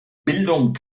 bildung